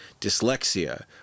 dyslexia